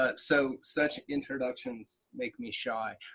ah so such introductions make me shy,